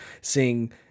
seeing